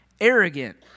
Arrogant